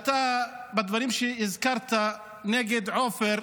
שבדברים שהזכרת נגד עופר,